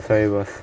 sorry boss